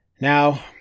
Now